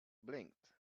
blinked